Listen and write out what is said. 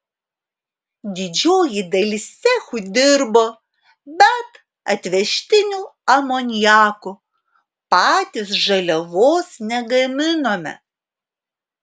didžioji dalis cechų dirbo bet atvežtiniu amoniaku patys žaliavos negaminome